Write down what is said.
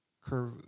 curve